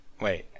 Wait